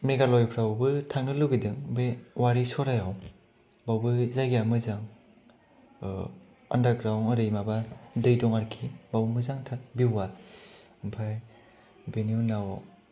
मेघालयाफ्रावबो थांनो लुबैदों बि अवारि सरायाव बावबो जायगाया मोजां अन्डारग्राउण्ड ओरै माबा दै दं आरोखि बाव मोजां थार भिउआ आमफ्राय बेनि उनाव